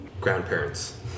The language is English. grandparents